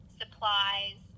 supplies